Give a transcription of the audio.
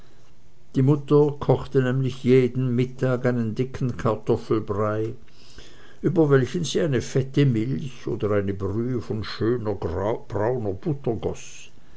die mutter kochte nämlich jeden mittag einen dicken kartoffelbrei über welchen sie eine fette milch oder eine brühe von schöner brauner butter